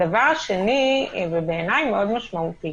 הדבר השני, בעיני הוא מאוד משמעותי.